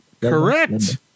Correct